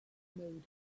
mode